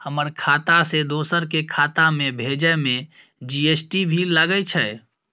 हमर खाता से दोसर के खाता में भेजै में जी.एस.टी भी लगैछे?